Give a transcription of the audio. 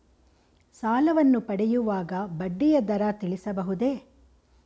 ಸಾಲವನ್ನು ಪಡೆಯುವಾಗ ಬಡ್ಡಿಯ ದರ ತಿಳಿಸಬಹುದೇ?